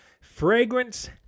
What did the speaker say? fragrance